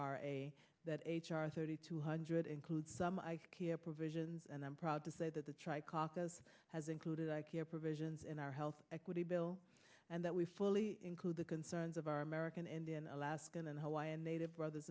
r a that h r thirty two hundred includes some care provisions and i'm proud to say that the tri caucus has included i care provisions in our health equity bill and that we fully include the concerns of our american indian alaskan hawaiian native brothers